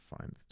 find